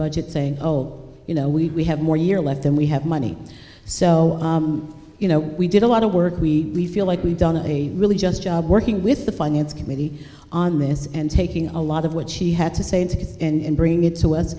budget saying oh you know we have more year left than we have money so you know we did a lot of work we feel like we've done a really just job working with the finance committee on this and taking a lot of what she had to say into it and bringing it to us